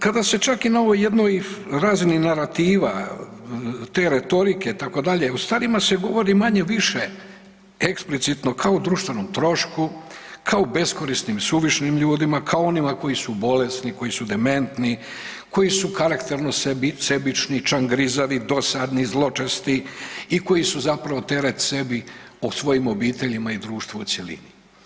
Kada se čak i na ovoj jednoj razini narativa te retorike itd. o starima se govori manje-više eksplicitno kao o društvenom trošku, kao beskorisnim suvišnim ljudima, kao onima koji su bolesni, koji su dementni, koji su karakterno sebični, čangrizavi, dosadni, zločesti i koji su zapravo teret sebi, svojim obiteljima i društvu u cjelini.